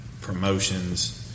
promotions